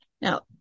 Now